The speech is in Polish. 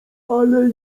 ale